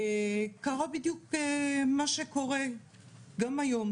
וקרה בדיוק מה שקורה גם היום.